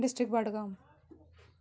district Budgam